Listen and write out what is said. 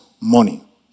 money